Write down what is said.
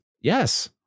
Yes